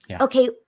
okay